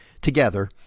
together